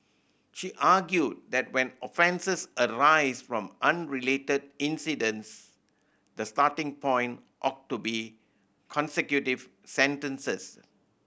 she argued that when offences arise from unrelated incidents the starting point ought to be consecutive sentences